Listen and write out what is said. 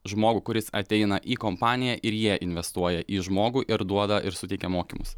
žmogų kuris ateina į kompaniją ir jie investuoja į žmogų ir duoda ir suteikia mokymus